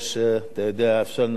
אפשר לנצל את ההזדמנות ולומר,